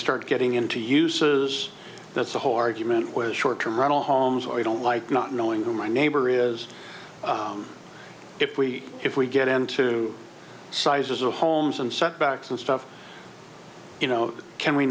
start getting into uses that's the whole argument where short term rental homes or i don't like not knowing who my neighbor is if we if we get into sizes of homes and setbacks and stuff you know can we